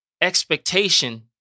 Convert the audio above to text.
expectation